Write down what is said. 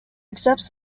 accepts